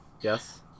Yes